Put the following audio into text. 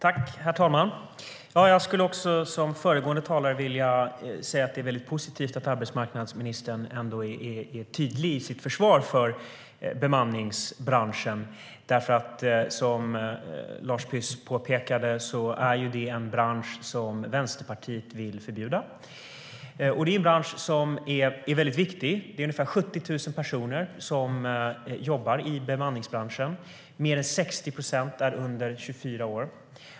Herr talman! Jag skulle som föregående talare vilja säga att det är väldigt positivt att arbetsmarknadsministern är tydlig i sitt försvar av bemanningsbranschen. Som Lars Püss påpekade är det ju en bransch som Vänsterpartiet vill förbjuda. Det är en bransch som är väldigt viktig. Det är ungefär 70 000 personer som jobbar i bemanningsbranschen. Mer än 60 procent är under 24 år.